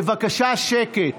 בבקשה שקט.